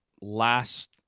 last